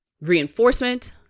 reinforcement